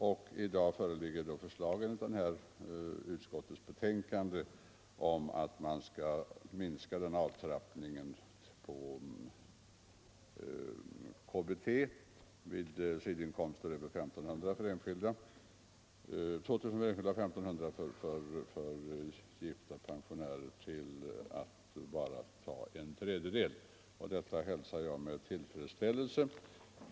I den av utskottsmajoriteten tillstyrkta propositionen föreslås att avdraget på KBT skall minskas med en tredjedel av sidoinkomster överstigande 2 000 kronor för enskilda och 1 500 för gifta pensionärer. Detta hälsar jag med tillfredsställelse.